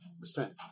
percent